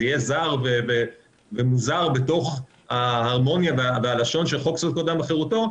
זה יהיה זר ומוזר בתוך ההרמוניה והלשון של חוק יסוד: כבוד האדם וחירותו.